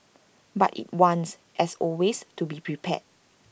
but IT wants as always to be prepared